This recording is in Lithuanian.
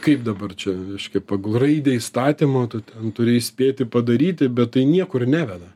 kaip dabar čia reiškia pagal raidę įstatymo tu ten turi spėti padaryti bet tai niekur neveda